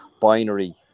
binary